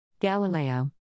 Galileo